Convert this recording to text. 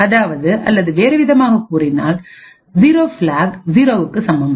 அதாவது அல்லது வேறுவிதமாகக் கூறினால் 0 பிளாக் 0 க்கு சமம்